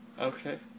okay